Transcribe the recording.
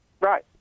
Right